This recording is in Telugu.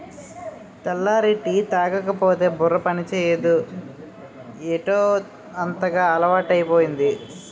తెల్లారి టీ తాగకపోతే బుర్ర పనిచేయదు ఏటౌ అంతగా అలవాటైపోయింది